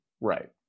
right